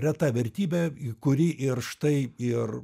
reta vertybė kuri ir štai ir